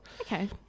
Okay